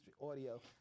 audio